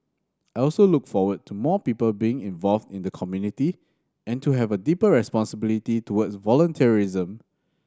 I also look forward to more people being involved in the community and to have a deeper responsibility towards volunteerism